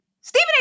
Stephen